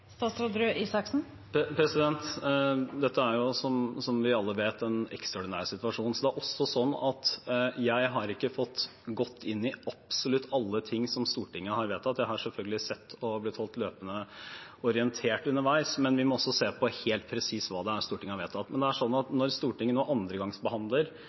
Dette er, som vi alle vet, en ekstraordinær situasjon, og jeg har ikke fått gått inn i absolutt alle ting som Stortinget skal vedta. Jeg har selvfølgelig sett på det og blitt holdt løpende orientert underveis, men vi må også se helt presis på hva Stortinget vedtar. Når Stortinget